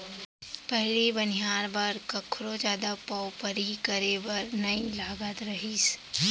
पहिली बनिहार बर कखरो जादा पवपरी करे बर नइ लागत रहिस